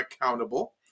accountable